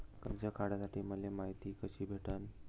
कर्ज काढासाठी मले मायती कशी भेटन?